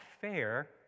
fair